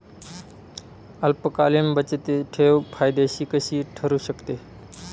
अल्पकालीन बचतठेव फायद्याची कशी ठरु शकते?